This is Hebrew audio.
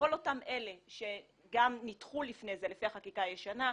לכל אותם אלה שגם נדחו לפני זה לפי החקיקה הישנה,